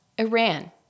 Iran